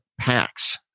packs